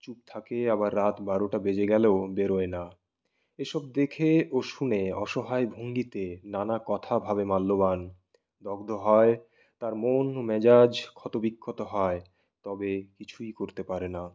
চুপ থাকে আবার রাত বারোটা বেজে গেলেও বেরোয় না এসব দেখে ও শুনে অসহায় ভঙ্গিতে নানা কথা ভাবে মাল্যবান দগ্ধ হয় তার মন মেজাজ ক্ষতবিক্ষত হয় তবে কিছুই করতে পারে না